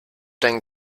denn